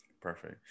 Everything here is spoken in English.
Perfect